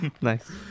nice